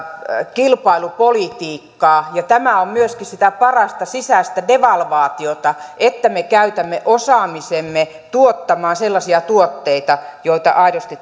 kilpailupolitiikkaa ja tämä on myöskin sitä parasta sisäistä devalvaatiota että me käytämme osaamisemme tuottamaan sellaisia tuotteita joita aidosti